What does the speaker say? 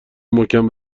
محکم